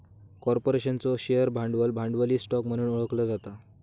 कॉर्पोरेशनचो शेअर भांडवल, भांडवली स्टॉक म्हणून ओळखला जाता